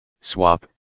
swap